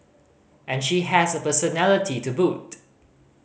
and she has a personality to boot